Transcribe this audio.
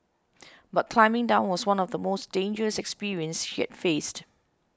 but climbing down was one of the most dangerous experience she has faced